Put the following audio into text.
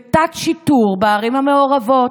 בתת-שיטור, בערים המעורבות.